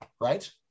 Right